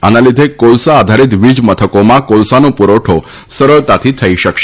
આના લીધે કોલસા આધારિત વીજ મથકોમાં કોલસાનો પુરવઠો સરળતાથી થઈ શકશે